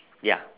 ya